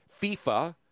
FIFA